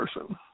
person